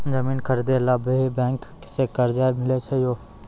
जमीन खरीदे ला भी बैंक से कर्जा मिले छै यो?